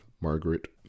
margaret